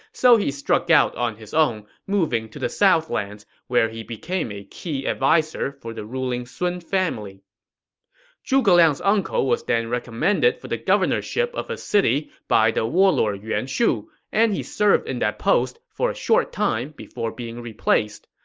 so he struck out on his own, moving to the southlands, where he became a key adviser for the ruling sun family zhuge liang's uncle was then recommended for the governorship of a city by the warlord yuan shu, and he served in that post for a short time before being replaced.